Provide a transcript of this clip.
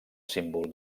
símbol